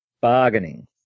Bargaining